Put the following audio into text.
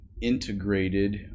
integrated